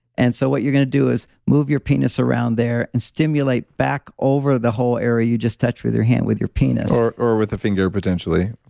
and so, what you're going to do is move your penis around there and stimulate back over the whole area you just touch with your hand with your penis. or or with a finger potentially,